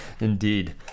Indeed